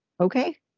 okay